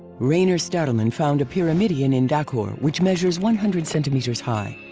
rainer stadelmann found a pyramidion in dhachour which measures one hundred centimeters high.